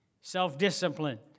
self-disciplined